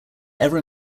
ever